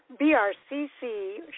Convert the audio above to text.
BRCC